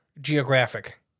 geographic